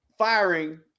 firing